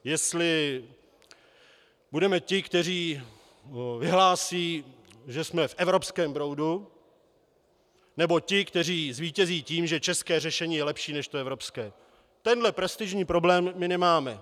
Jestli budeme ti, kteří vyhlásí, že jsme v evropském proudu, nebo ti, kteří zvítězí tím, že české řešení je lepší než to evropské, tenhle prestižní problém my nemáme.